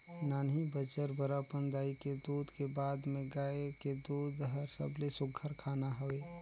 नान्हीं बछरु बर अपन दाई के दूद के बाद में गाय के दूद हर सबले सुग्घर खाना हवे